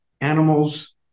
animals